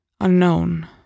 unknown